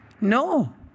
No